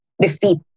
Defeat